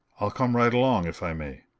i'll come right along if i may.